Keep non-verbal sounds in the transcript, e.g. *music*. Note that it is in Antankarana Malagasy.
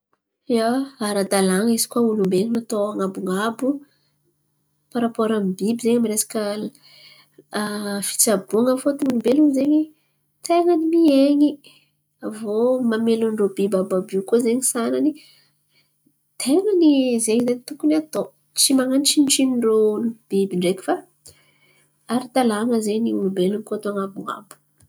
Ia, ara-dalàn̈a izy koa olombelona atô an̈abon̈abo parapôro amy ny biby izen̈y amy ny resaka *hesitation* fitsaboana. Fôtiny izen̈y olombelona izen̈y ten̈a ny miain̈y. Avô mamelon̈o rô biby àby io koa sanany, ten̈a ny, zen̈y zen̈y, tokony atô, tsy manô tsinotsino ndrô biby ndreky fa ara-dalàn̈a zen̈y olombelon̈o koa atô an̈abon̈abo.